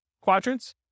quadrants